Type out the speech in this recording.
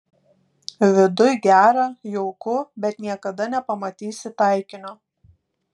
viduj gera jauku bet niekada nepamatysi taikinio